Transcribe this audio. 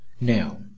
now